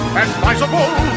advisable